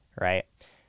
right